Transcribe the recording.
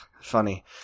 funny